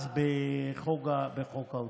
אז, בחוק האוטיזם.